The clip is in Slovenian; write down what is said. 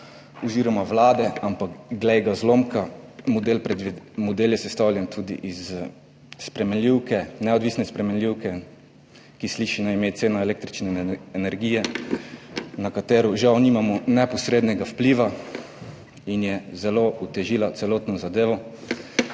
oziroma Vlade. Ampak glej ga zlomka, model je sestavljen tudi iz spremenljivke, neodvisne spremenljivke, ki sliši na ime cena električne energije, na katero žal nimamo neposrednega vpliva in je zelo otežila celotno zadevo.